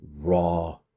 raw